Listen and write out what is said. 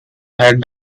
head